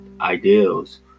ideals